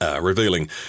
revealing